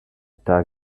tax